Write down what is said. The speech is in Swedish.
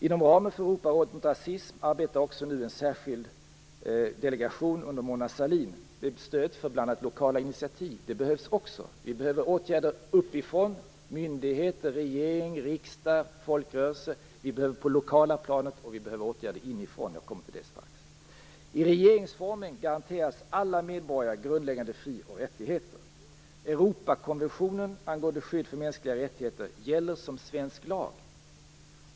Inom ramen för Europaåret mot rasism arbetar också nu en särskild delegation under Mona Sahlin med stöd för bl.a. lokala initiativ. Det behövs också. Vi behöver åtgärder uppifrån; från myndigheter, regering, riksdag och folkrörelser. Vi behöver också åtgärder på det lokala planet, och vi behöver åtgärder inifrån - jag kommer till det strax. I regeringsformen garanteras alla medborgare grundläggande fri och rättigheter. Europakonventionen angående skydd för mänskliga rättigheter gäller som svensk lag.